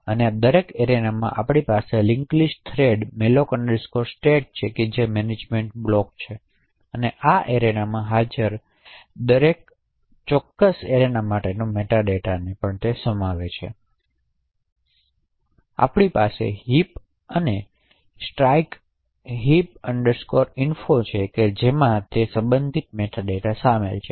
તેથી આ દરેક એરેનામાં આપણી પાસે link list thread malloc state છે જે મેનેજમેન્ટ બ્લોક છે જે આ એરેનામાં હાજર દરેક લગતા આ ચોક્કસ એરેના માટેનો મેટા ડેટા સમાવે છે આપણી પાસે હિપને સ્ટ્રાઈક હેપ ઇન્ફો છે જેમાં તે સંબંધિત મેટા ડેટા શામેલ છે